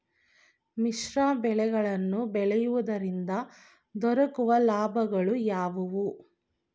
ಮಿಶ್ರ ಬೆಳೆಗಳನ್ನು ಬೆಳೆಯುವುದರಿಂದ ದೊರಕುವ ಲಾಭಗಳು ಯಾವುವು?